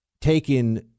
taken